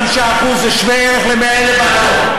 35% זה שווה ערך ל-100,000 ועדות.